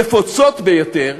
נפוצות ביותר,